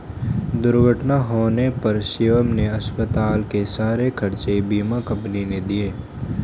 दुर्घटना होने पर शिवम के अस्पताल के सारे खर्चे बीमा कंपनी ने दिए